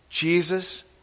Jesus